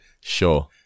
Sure